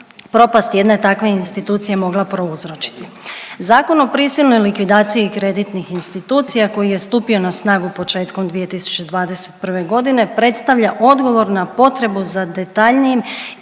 propast jedne takve institucije mogla prouzročiti. Zakon o prisilnoj likvidaciji kreditnih institucija koji je stupio na snagu početkom 2021. godine predstavlja odgovor na potrebu za detaljnijim